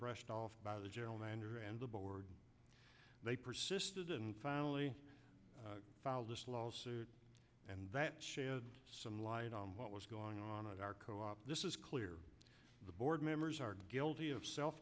brushed off by the general manager and the board they persisted and finally filed this lawsuit and that shed some light on what was going on at our co op this is clear the board members are guilty of self